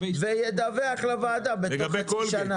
וידווח לוועדה בתוך חצי שנה.